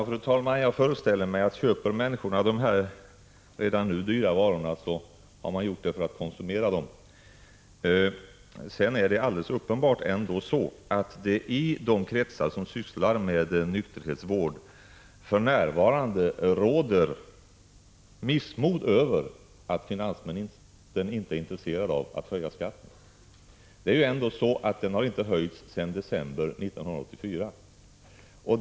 Fru talman! Jag föreställer mig att har människorna köpt de här redan nu dyra varorna, har de gjort det för att konsumera dem. Det är alldeles uppenbart att i de kretsar som sysslar med nykterhetsvård råder det för närvarande missmod över att finansministern inte är intresserad av att höja skatten. Den har inte höjts sedan december 1984.